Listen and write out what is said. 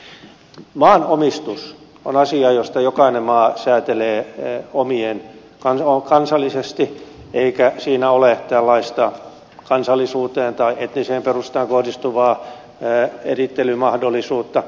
maanomistus on asia josta jokainen maa säätelee kansallisesti eikä siinä ole tällaista kansallisuuteen tai etniseen perustaan kohdistuvaa erittelymahdollisuutta